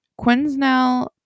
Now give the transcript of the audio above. Quinsnell